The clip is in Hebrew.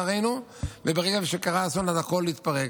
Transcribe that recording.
וברגע שקרה אסון הכול התפרק.